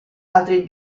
altri